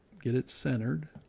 get it centered.